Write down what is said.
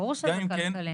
ברור שזה עדיין כלכלי.